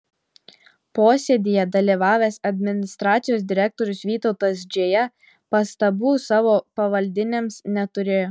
posėdyje dalyvavęs administracijos direktorius vytautas džėja pastabų savo pavaldinėms neturėjo